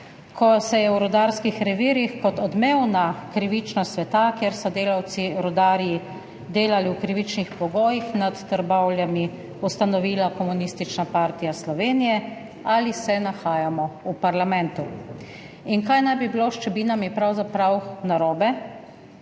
ko se je v rudarskih revirjih kot odmevna krivičnost sveta, kjer so delavci rudarji delali v krivičnih pogojih nad Trbovljami, ustanovila Komunistična partija Slovenije, ali se nahajamo v parlamentu. In kaj naj bi bilo s Čebinami pravzaprav narobe?